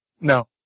No